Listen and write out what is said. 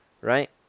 Right